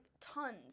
tons